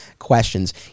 Questions